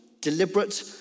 deliberate